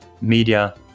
media